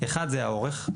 אחד זה האורך,